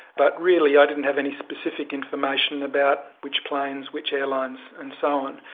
but really i didn't have any specific information about which planes, which airlines and so on.